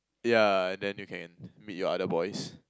yeah and then you can meet your other boys